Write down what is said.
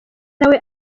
nawe